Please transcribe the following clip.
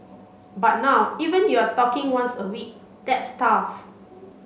but now even you're talking once a week that's tough